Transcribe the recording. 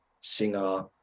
singer